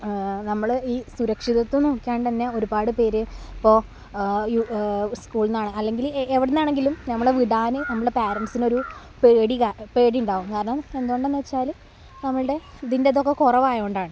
നമ്മൾ ഈ സുരക്ഷിതത്വം നോക്കിയാണ്ടു തന്നെ ഒരുപാട് പേർ ഇപ്പോൾ സ്കൂളിൽ നിന്നാണോ അല്ലെങ്കിൽ എവിടെ നിന്നാണെങ്കിലും നമ്മളെ വിടാൻ നമ്മുടെ പേരെന്റ്സിനൊരു പേടികാ പേടിയുണ്ടാകും കാരണം എന്ത് കൊണ്ടാണെന്നു വെച്ചാൽ നമ്മളുടെ ഇതിന്റേതൊക്കെ കുറവായതു കൊണ്ടാണ്